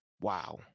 Wow